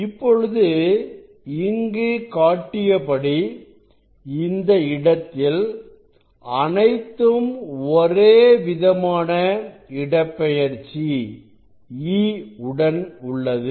இப்பொழுது இங்கு காட்டியபடி இந்த இடத்தில் அனைத்தும் ஒரே விதமான இடப்பெயர்ச்சி E உடன் உள்ளது